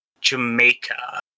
Jamaica